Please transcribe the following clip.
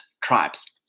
tribes